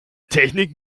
technik